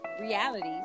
realities